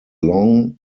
long